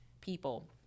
people